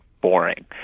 boring